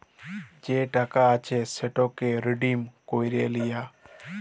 যে টাকা আছে সেটকে রিডিম ক্যইরে লিয়া